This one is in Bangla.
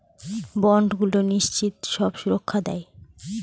বন্ডগুলো নিশ্চিত সব সুরক্ষা দেয়